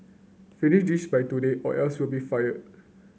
finish this by today or else you'll be fired